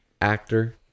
actor